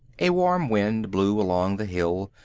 a warm wind blew along the hill,